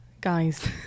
Guys